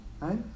Right